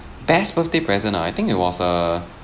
best birthday present ah I think it was a